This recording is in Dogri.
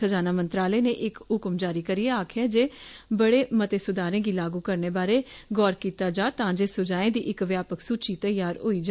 खजाना मंत्रालय नै इक हुक्म जारी करियै आक्खेआ ऐ जे बड़े मते सुधारें गी लागू करने बारै गौर कीता जा तां जे सुझाएं दी इक व्यापक सूची तैयार होई जा